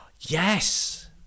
Yes